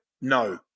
No